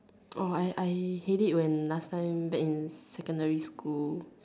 orh I I hate it when last time in secondary school